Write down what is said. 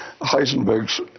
Heisenberg's